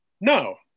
No